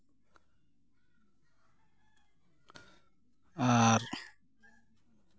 ᱟᱨ